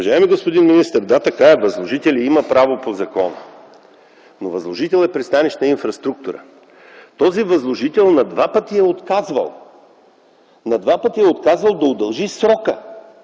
Уважаеми господин министър, да, така е, възложителят има право по закон. Но възложител е „Пристанищна инфраструктура”. Този възложител на два пъти е отказвал да удължи срока.